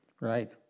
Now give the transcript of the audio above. Right